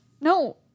No